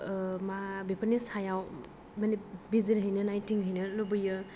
मा बेफोरनि सायाव मानि बिजिरहैनो नायथिंहैनो लुबैयो